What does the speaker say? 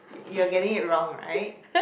you're getting it wrong right